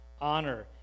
honor